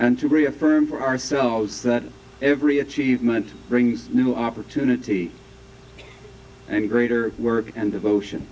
and to reaffirm for ourselves that every achievement brings new opportunity and greater work and devotion